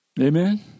Amen